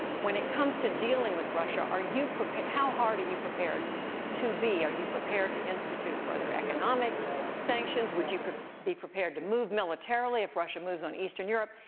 when it comes to dealing with russia, are you prepared how hard are you prepared to be? are you prepared to institute further economic sanctions? would you be prepared to move militarily if russia moves on eastern europe?